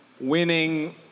winning